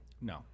No